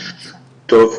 טוב,